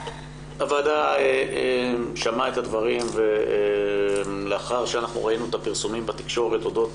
הוועדה שמעה את הדברים לאחר שאנחנו ראינו את הפרסומים בתקשורת אודות